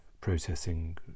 processing